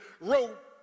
wrote